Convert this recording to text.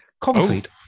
Concrete